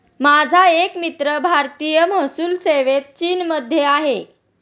माझा एक मित्र भारतीय महसूल सेवेत चीनमध्ये आहे